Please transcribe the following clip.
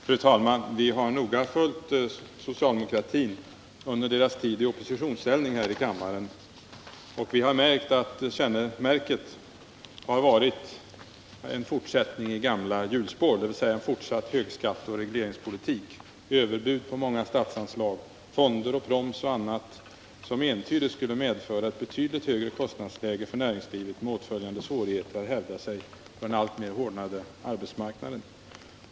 Fru talman! Vi har noga följt socialdemokraternas agerande under deras tid i oppositionsställning här i kammaren, och vi har märkt att kännetecknet har varit en fortsättning i gamla hjulspår, dvs. en fortsatt högskatteoch regleringspolitik, överbud på många statsanslag samt krav på införande av fonder, proms och annat, som entydigt skulle medföra ett betydligt högre kostnadsläge för näringslivet med åtföljande svårigheter att hävda sig på en alltmer hårdnande exportmarknad.